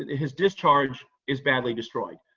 his discharge is badly destroyed,